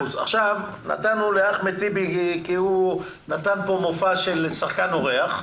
נתנו לאחמד טיבי כי הוא נתן פה מופע של שחקן אורח.